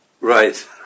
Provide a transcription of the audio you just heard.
Right